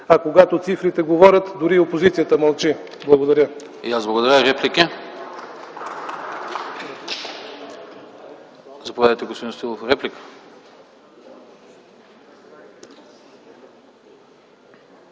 А когато цифрите говорят, дори опозицията мълчи. Благодаря.